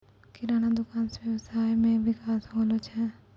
किराना दुकान से वेवसाय मे विकास होलो छै